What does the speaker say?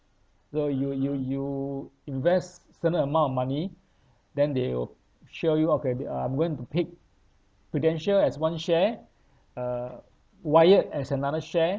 so you you you invest certain amount of money then they will show you okay uh I'm going to pick Prudential as one share uh Wyatt as another share